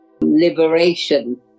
liberation